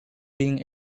being